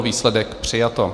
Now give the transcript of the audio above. Výsledek: přijato.